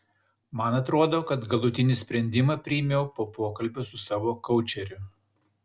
man atrodo kad galutinį sprendimą priėmiau po pokalbio su savo koučeriu